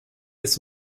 ist